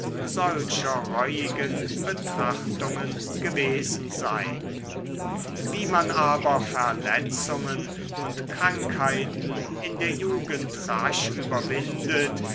betrachtungen gewesen sein wie man aber verletzungen und krankheiten in der jugend rasch überwindet